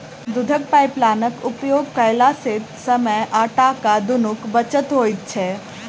दूधक पाइपलाइनक उपयोग कयला सॅ समय आ टाका दुनूक बचत होइत छै